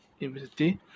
University